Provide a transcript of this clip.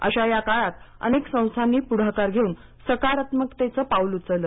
अशा या काळात अनेक संस्थांनी पुढाकार घेऊन सकारात्मकतेचं पाउल उचललं